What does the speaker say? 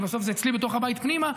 כי בסוף זה אצלי בתוך הבית פנימה,